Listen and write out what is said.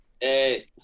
Hey